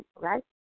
right